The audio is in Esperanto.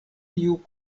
tiu